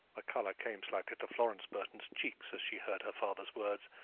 colour came slightly to florence burton's cheeks as she heard her father's words,